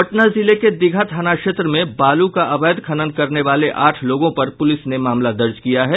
पटना जिले के दीघा थाना क्षेत्र में बालू का अवैध खनन करने वाले आठ लोगों पर पुलिस ने मामला दर्ज किया है